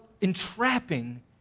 entrapping